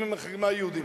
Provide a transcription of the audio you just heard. אם היא מחרימה יהודים?